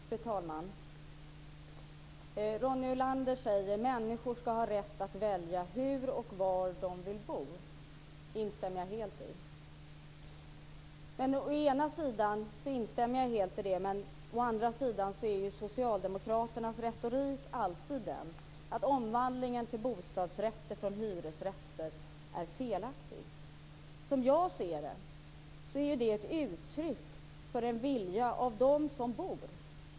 Fru talman! Ronny Olander säger att människor ska ha rätt att välja hur och var de vill bo. Det instämmer jag helt i. Å andra sidan är socialdemokraternas retorik alltid den att omvandlingen från hyresrätter till bostadsrätter är felaktig. Som jag ser det är den ett uttryck för en vilja bland dem som bor.